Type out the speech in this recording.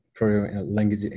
language